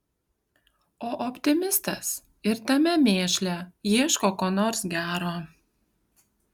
o optimistas ir tame mėšle ieško ko nors gero